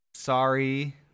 Sorry